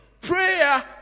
Prayer